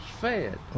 Fed